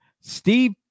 Steve